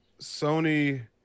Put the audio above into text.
sony